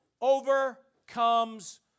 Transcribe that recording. overcomes